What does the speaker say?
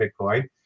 Bitcoin